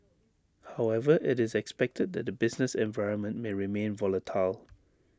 however IT is expected that the business environment may remain volatile